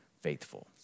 faithful